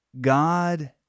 God